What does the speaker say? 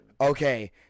Okay